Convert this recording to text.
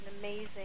amazing